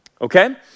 okay